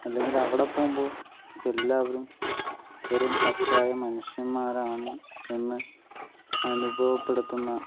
അല്ലെങ്കിൽ അവിട പോവുമ്പോൾ എല്ലാവരും വെറും പച്ചയായ മനുഷ്യൻമാരാണ് എന്ന് അനുഭവപ്പെടുത്തുന്ന